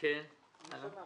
ו-(2).